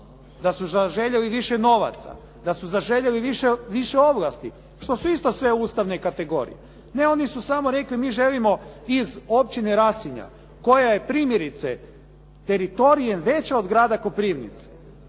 da su zaželjeli više novaca, da su zaželjeli više ovlasti što su isto sve ustavne kategorije. Ne oni su samo rekli mi želimo iz općine Rasinja koja je primjerice teritorijem veća od grada Koprivnice